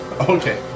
Okay